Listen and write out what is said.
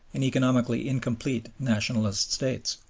and economically incomplete nationalist states.